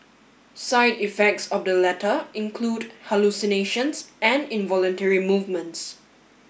side effects of the latter include hallucinations and involuntary movements